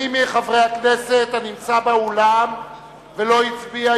מי מחברי הכנסת הנמצא באולם ולא הצביע,